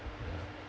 ya